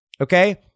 okay